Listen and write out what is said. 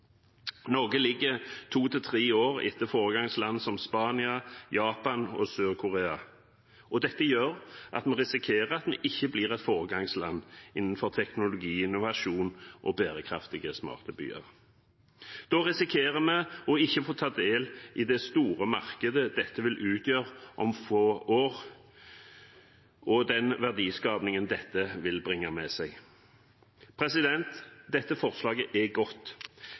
Norge ligger to–tre år etter foregangsland som Spania, Japan og Sør-Korea. Dette gjør at vi risikerer at vi ikke blir et foregangsland innen teknologi, innovasjon og bærekraftige, smarte byer. Da risikerer vi å ikke få ta del i det store markedet dette vil utgjøre om få år, og den verdiskapingen dette vil bringe med seg. Dette forslaget er godt.